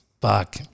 Fuck